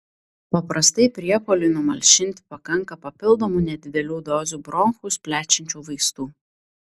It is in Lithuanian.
paprastai priepuoliui numalšinti pakanka papildomų nedidelių dozių bronchus plečiančių vaistų